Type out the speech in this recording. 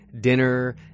dinner